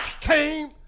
Came